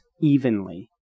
evenly